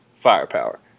firepower